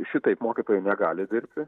šitaip mokytojai negali dirbti